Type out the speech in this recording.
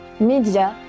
médias